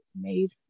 made